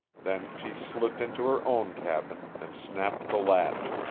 then she slipped into her own cabin, and snapped the latch,